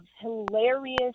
hilarious